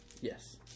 Yes